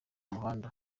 muhanda